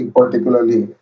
particularly